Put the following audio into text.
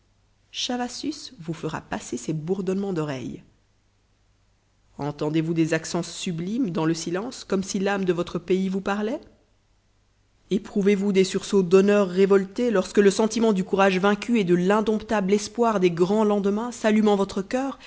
chavassus vous fera passer ces bourdonnements d'oreilles entendez-vous des accents sublimes dans le silence comme si l'âme de votre pays vous parlait éprouvez vous des sursauts d'honneur révolté lorsque le sentiment du courage vaincu et de l'indomptable espoir des grands lendemains s'allume en votre cœur